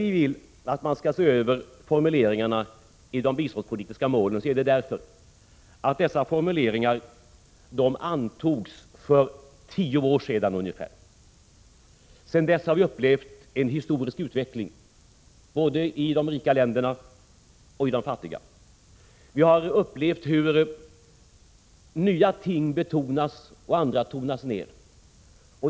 Vi vill att man skall se över formuleringarna i de biståndspolitiska målen därför att dessa formuleringar antogs för ungefär tio år sedan och att vi sedan dess har upplevt en historisk utveckling både i de rika länderna och i de fattiga. Vi har upplevt hur nya ting betonas och andra tonas ner.